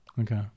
Okay